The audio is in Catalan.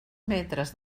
metres